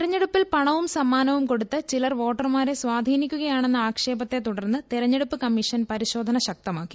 തെരഞ്ഞെടുപ്പിൽ പണവും സമ്മാനവും കൊടുത്ത് ചിലർ വോട്ടർമാരെ സ്വാധീ നിക്കുകയാണെന്ന ആക്ഷേപത്തെ തുടർന്ന് തെരങ്ങ്തെടുപ്പ് കമ്മീഷൻ പരിശോ ധന ശക്തമാക്കി